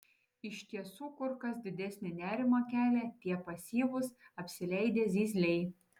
iš tiesų kur kas didesnį nerimą kelia tie pasyvūs apsileidę zyzliai